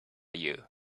you